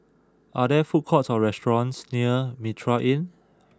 are there food courts or restaurants near Mitraa Inn